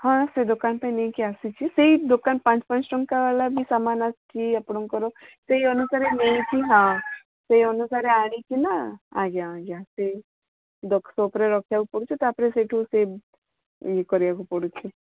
ହଁ ସେ ଦୋକାନ ପାଇଁ ନେଇକି ଆସିଛି ସେଇ ଦୋକାନ ପାଞ୍ଚ ପାଞ୍ଚ ଟଙ୍କା ଵାଲା ବି ସାମାନ ଆସିଛି ଆପଣଙ୍କର ସେଇ ଅନୁସାରେ ନେଇଆସିବି ହଁ ସେଇ ଅନୁସାରେ ଆଣିକିନା ଆଜ୍ଞା ଆଜ୍ଞା ସେଇ ଦୋ ସପ୍ରେ ରଖିବାକୁ ପଡ଼ୁଛି ତାପରେ ସେଇଠୁ ସେ ଇଏ କରିବାକୁ ପଡ଼ୁଛି